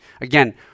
Again